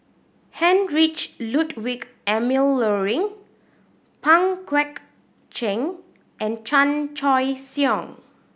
Heinrich Ludwig Emil Luering Pang Guek Cheng and Chan Choy Siong